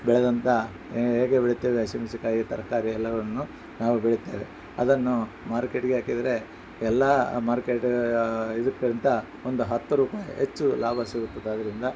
ಬೆಳೆದಂಥ ಹೇಗೆ ಬೆಳೆಯುತ್ತೇವೆ ಹಸಿ ಮೆಣಸಿನ್ಕಾಯಿ ತರಕಾರಿ ಎಲ್ಲವನ್ನು ನಾವು ಬೆಳೆಯುತ್ತೇವೆ ಅದನ್ನು ಮಾರ್ಕೆಟ್ಗೆ ಹಾಕಿದ್ರೆ ಎಲ್ಲ ಮಾರ್ಕೆಟ್ ಇದಕ್ಕಿಂತ ಒಂದು ಹತ್ತು ರೂಪಾಯಿ ಹೆಚ್ಚು ಲಾಭ ಸಿಗುತ್ತದೆ ಅದರಿಂದ